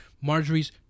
Marjorie's